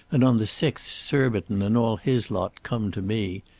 and on the sixth surbiton and all his lot come to me.